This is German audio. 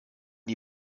die